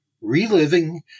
Reliving